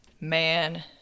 man